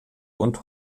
und